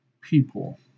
people